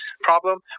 problem